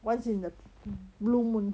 once in a blue moon